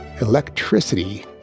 electricity